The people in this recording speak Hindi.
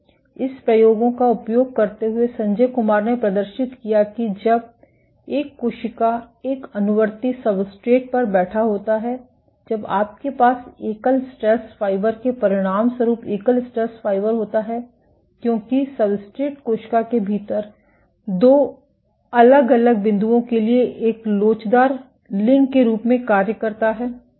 इस प्रयोगों का उपयोग करते हुए संजय कुमार ने प्रदर्शित किया कि जब एक कोशिका एक अनुवर्ती सब्सट्रेट पर बैठा होता है जब आपके पास एकल स्ट्रेस फाइबर के परिणामस्वरूप एकल स्ट्रेस फाइबर होता है क्योंकि सब्सट्रेट कोशिका के भीतर दो अलग अलग बिंदुओं के लिए एक लोचदार लिंक के रूप में कार्य करता है